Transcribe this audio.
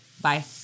Bye